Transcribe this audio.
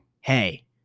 Hey